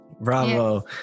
bravo